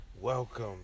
Welcome